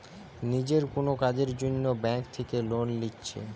নিজের কুনো কাজের জন্যে ব্যাংক থিকে লোন লিচ্ছে